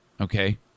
Okay